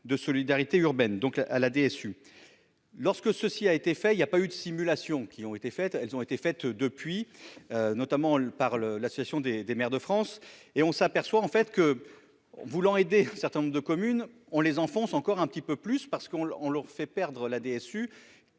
de solidarité urbaine, donc là à la DSU lorsque ceci a été fait il y a pas eu de simulation qui ont été faites, elles ont été faites depuis, notamment le par le l'association des des maires de France et on s'aperçoit en fait que voulant aider un certain nombre de communes, on les enfonce encore un petit peu plus parce qu'on on leur fait perdre la DSU,